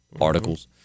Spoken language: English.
articles